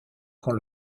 quand